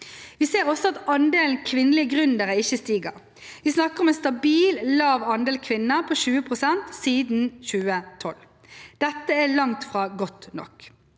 Vi ser også at andelen kvinnelige gründere ikke stiger. Vi snakker om en stabil, lav andel kvinner på 20 pst. siden 2012. Dette er langt fra godt nok.